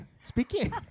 Speaking